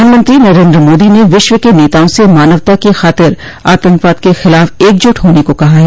प्रधानमंत्री नरेन्द्र मोदी ने विश्व के नेताओं से मानवता की खातिर आतंकवाद के खिलाफ एकजुट होने को कहा है